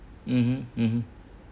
mmhmm mmhmm